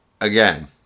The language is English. Again